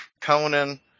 Conan